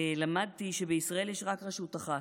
למדתי שבישראל יש רק רשות אחת,